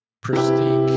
Pristine